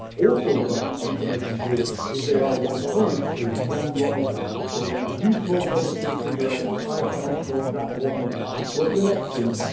also about but information goods is they are what economists call non-rival. so if you smoke one inch of a cigarette, i can't smoke that one inch. i can smoke the next inch,